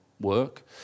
work